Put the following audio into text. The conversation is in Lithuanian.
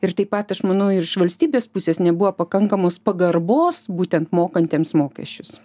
ir taip pat aš manau iš valstybės pusės nebuvo pakankamos pagarbos būtent mokantiems mokesčius